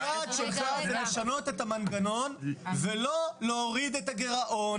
היעד שלך זה לשנות את המנגנון ולא להוריד את הגירעון.